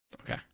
Okay